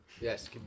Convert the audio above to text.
Yes